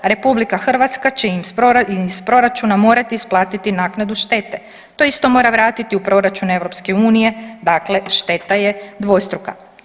RH će im iz proračuna morati isplatiti naknadu štete, to isto mora vratiti u proračun EU, dakle šteta je dvostruka.